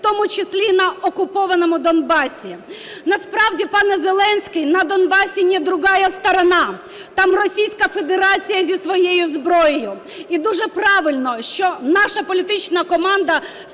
в тому числі на окупованому Донбасі. Насправді, пане Зеленський, на Донбасі не "другая сторона", там Російська Федерація зі своєю зброєю. І дуже правильно, що наша політична команда